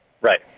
Right